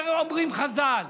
אומרים חז"ל.